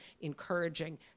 encouraging